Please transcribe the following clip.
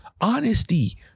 Honesty